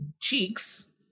cheeks